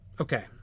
Okay